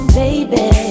baby